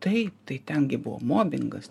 taip tai ten gi buvo mobingas